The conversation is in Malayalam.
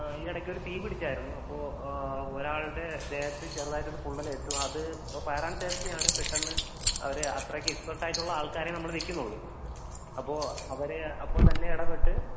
ഈ ഇടയ്ക്ക് ഒരു തീ പിടിച്ചായിരുന്നു അപ്പോൾ ഒരാളുടെ ദേഹത്ത് ചെറുതായിട്ട് ഒരു പൊള്ളൽ ഏറ്റു അത് ഫയർ ആൻഡ് സേഫ്റ്റി ആണ് പെട്ടെന്ന് അവർ അത്രയ്ക്ക് എക്സ്പെർട്ട് ആയിട്ടുളള ആൾക്കാരെ നമ്മൾ വയ്ക്കുന്നുള്ളൂ അപ്പോൾ അവർ അപ്പോൾത്തന്നെ ഇടപെട്ട്